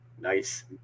nice